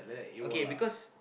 okay because